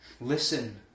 Listen